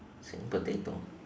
same potato